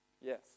Yes